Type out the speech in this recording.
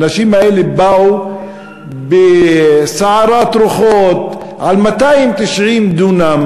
האנשים האלה באו בסערת רוחות על 290 דונם